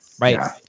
right